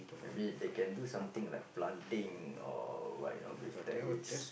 maybe they can do something like planting or what you know with that